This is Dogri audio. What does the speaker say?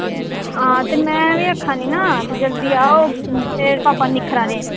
हां ते मैं बी आखा दी ना जल्दी आ ओह् तेरे पापा निक्खरै दे